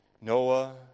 Noah